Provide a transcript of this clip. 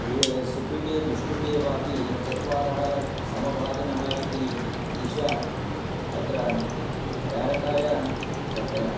कृते सुकृते दुष्कृतेवापि चत्वारः समभागिनः इति दिश अत्र प्रेरकाय तत्र